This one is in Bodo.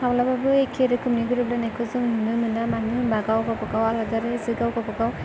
माब्लाबाबो एखे रोखोमनि गोरोबलायनायखौ जों नुनो मोना मानो होनब्ला गाव गावबा गाव आलादा रायजो गाव गावबा गाव